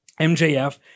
MJF